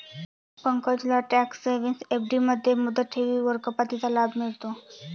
पंकजला tax saving FD मध्ये मुदत ठेवींवरील कपातीचा लाभ मिळतो